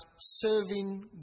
serving